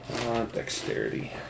dexterity